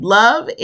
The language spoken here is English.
love